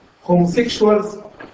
homosexuals